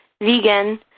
vegan